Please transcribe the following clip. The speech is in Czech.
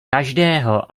každého